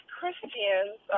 Christians